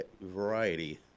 variety